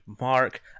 mark